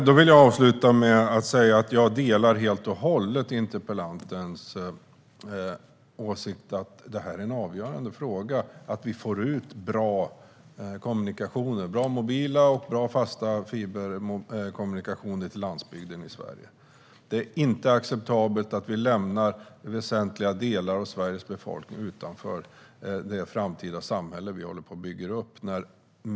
Herr talman! Jag delar helt och hållet interpellantens åsikt att det är en avgörande fråga att vi får ut bra mobil kommunikation och bra fiberkommunikation till landsbygden i Sverige. Det är inte acceptabelt att vi lämnar väsentliga delar av Sveriges befolkning utanför det framtida samhälle som vi håller på att bygga upp.